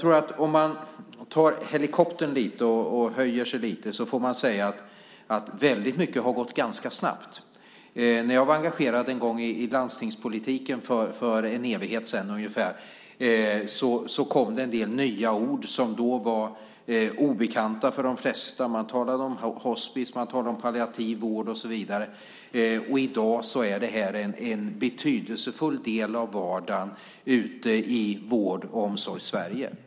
Om man tar helikoptern och höjer sig lite så får man säga att väldigt mycket har gått ganska snabbt. När jag var engagerad i landstingspolitiken för ungefär en evighet sedan så kom det en del nya ord som då var obekanta för de flesta. Man talade om hospis, man talade om palliativ vård och så vidare. I dag är detta en betydelsefull del av vardagen ute i Vård och Omsorgs-Sverige.